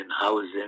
housing